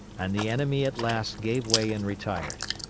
and the enemy at last gave way and retired.